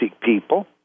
people